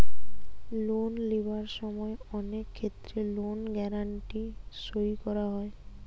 loan লিবার সময় অনেক ক্ষেত্রে লোন গ্যারান্টি সই করা হয়